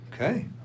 Okay